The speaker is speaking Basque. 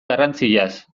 garrantziaz